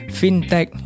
fintech